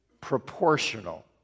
proportional